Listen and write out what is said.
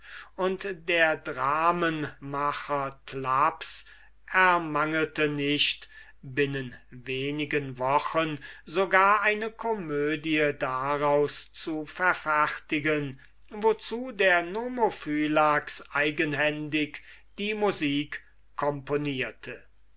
und der dramenmacher thlaps ermangelte nicht binnen wenigen wochen sogar eine komödie daraus zu verfertigen wozu der nomophylax eigenhändig die musik componierte